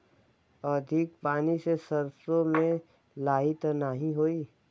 अधिक पानी से सरसो मे लाही त नाही होई?